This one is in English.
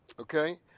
Okay